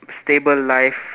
stable life